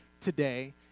today